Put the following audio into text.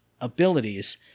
abilities